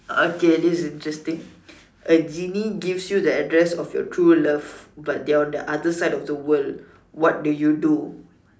okay this is interesting a genie gives you the address of your true love but they are on the other side of the world what do you do